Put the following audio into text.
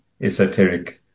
esoteric